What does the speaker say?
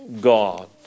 God